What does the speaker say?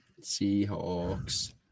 Seahawks